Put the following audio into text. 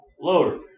loader